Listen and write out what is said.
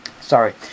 Sorry